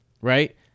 right